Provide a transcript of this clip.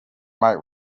might